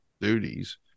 duties